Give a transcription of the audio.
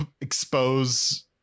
expose